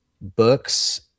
books